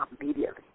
immediately